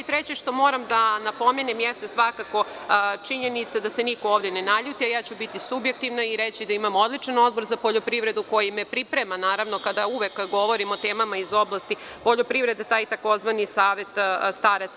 Treće što moram da napomenem jeste svakako činjenica, da se niko ovde ne naljuti, a ja ću biti subjektivna i reći da imamo odličan Odbor za poljoprivredu koji me priprema, naravno, kada uvek govorimo o temama iz oblasti poljoprivrede, taj takozvani Savet staraca.